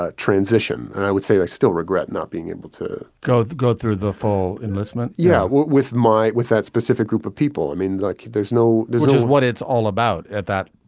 ah transition. and i would say i still regret not being able to go go through the full enlistment. yeah. with my with that specific group of people. i mean like there's no this is what it's all about at that.